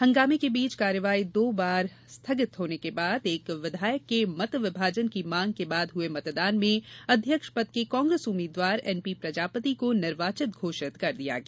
हंगामे के बीच कार्यवाही दो बार स्थगित होने के बाद एक विधायक के मत विभाजन की मांग के बाद हए मतदान में अध्यक्ष पद के कांग्रेस उम्मीदवार एनपी प्रजापति को निर्वाचित घोषित कर दिया गया